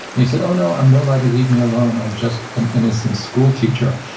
and he said, oh, no. i'm nobody. leave me alone. i'm just an innocent school teacher.